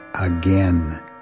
again